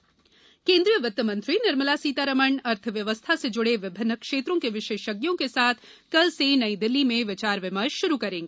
Nirmala budget परामर्श वित्त मंत्री निर्मला सीतारामन अर्थव्यवस्था से जुड़े विभिन्न क्षेत्रों के विशेषज्ञों के साथ कल से नई दिल्ली में विचार विमर्श शुरू करेंगी